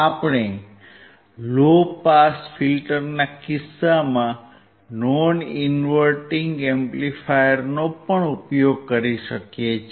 આપણે low pass ફિલ્ટરના કિસ્સામાં નોન ઇન્વર્ટીંગ એમ્પ્લીફાયરનો પણ ઉપયોગ કરી શકીએ છીએ